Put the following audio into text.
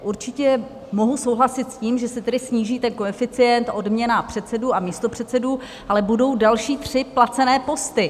Určitě mohu souhlasit s tím, že se tedy sníží ten koeficient, odměna předsedy a místopředsedů, ale budou další tři placené posty.